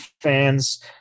fans